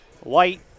white